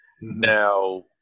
Now